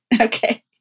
okay